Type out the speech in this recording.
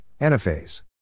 Anaphase